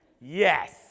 Yes